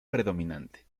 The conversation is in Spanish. predominante